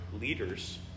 leaders